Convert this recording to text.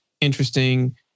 interesting